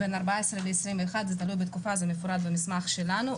בין 14 ל-21, זה תלוי בתקופה, זה נפרד במסמך שלנו.